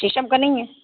ٹیشم کا نہیں ہے